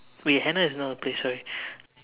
wait Hannah is not a place sorry